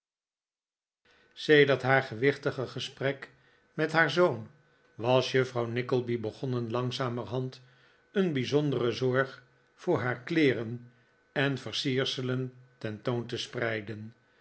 sedert haar gewichtige gesprek met haar zoon was juffrouw nickleby begonnen langzamerhancl een bijzondere zorg voor haar kleeren en versierselen ten toon te spreiden